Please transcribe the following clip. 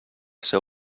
seu